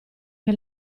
che